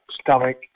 stomach